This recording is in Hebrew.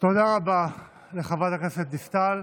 תודה רבה לחברת הכנסת דיסטל.